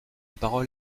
parole